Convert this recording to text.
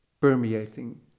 permeating